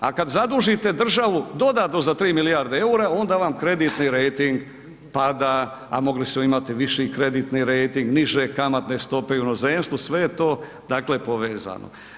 A kada zadužite državu, dodatno za 3 milijardi eura onda vam kreditni rejting pada, a mogli su imati viši kreditni rejting, niže kamatne stope u inozemstvu, sve je to povezano.